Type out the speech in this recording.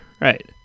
Right